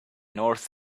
north